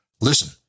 Listen